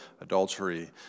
adultery